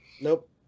Nope